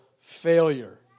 failure